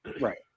Right